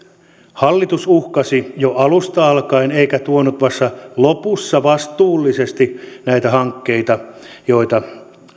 hallitus uhkasi jo alusta alkaen eikä tuonut vasta lopussa vastuullisesti näitä hankkeita joita